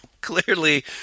Clearly